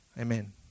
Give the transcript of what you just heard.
Amen